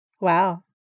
wow